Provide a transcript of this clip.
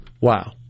Wow